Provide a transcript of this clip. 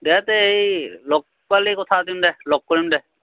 দিয়া তে সেই লগ পালে কথা পাতিম দে লগ কৰিম দে